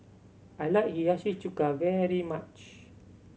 I like Hiyashi Chuka very much